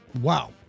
Wow